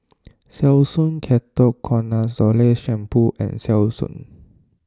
Selsun Ketoconazole Shampoo and Selsun